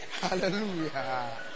Hallelujah